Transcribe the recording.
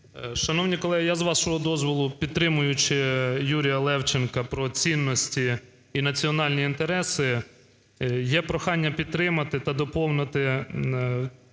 Шановні колеги! Я з вашого дозволу, підтримуючи Юрія Левченка про цінності і національні інтереси, є прохання підтримати та доповнити цю